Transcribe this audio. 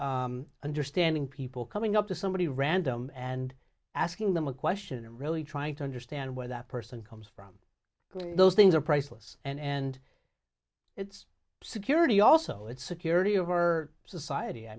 narrative understanding people coming up to somebody random and asking them a question and really trying to understand where that person comes from those things are priceless and it's security also it's security of our society i